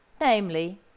namely